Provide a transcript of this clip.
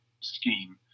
scheme